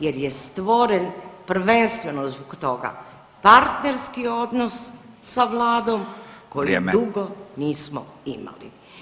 Jer je stvoren, prvenstveno zbog toga, partnerski odnos sa Vladom [[Upadica: Vrijeme.]] koji dugo nismo imali.